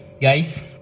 guys